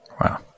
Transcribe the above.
wow